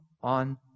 on